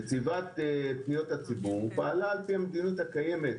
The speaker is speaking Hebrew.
נציבת פניות הציבור פעלה לפי המדיניות הקיימת,